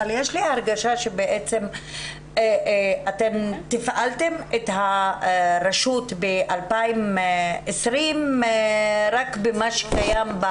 אבל יש לי הרגשה שבעצם אתן תפעלתן את הרשות ב-2020 רק במה שקיים,